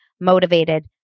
motivated